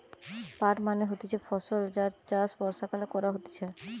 পাট মানে হতিছে ফসল যার চাষ বর্ষাকালে করা হতিছে